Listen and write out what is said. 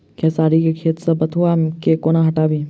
खेसारी केँ खेत सऽ बथुआ केँ कोना हटाबी